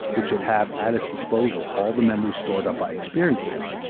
which should have at its disposal all the memories stored up by experiences,